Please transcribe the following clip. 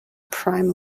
prime